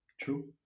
true